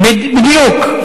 בדיוק.